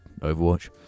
Overwatch